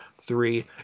three